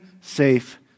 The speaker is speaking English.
safe